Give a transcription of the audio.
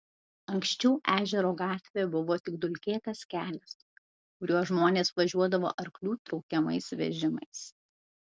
anksčiau ežero gatvė buvo tik dulkėtas kelias kuriuo žmonės važiuodavo arklių traukiamais vežimais